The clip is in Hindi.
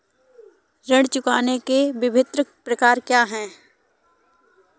ऋण चुकाने के विभिन्न प्रकार क्या हैं?